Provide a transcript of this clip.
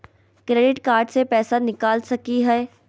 Credit card से पैसा निकल सकी हय?